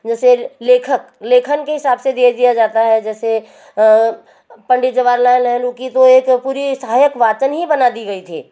जैसे लेखक लेखन के हिसाब से दे दिया जाता है जैसे पंडित जवाहरलाल नेहरू की तो एक पूरी सहायक वाचन ही बना दी गई थी